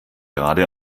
gerade